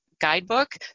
Guidebook